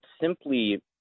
simply